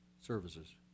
services